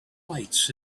lights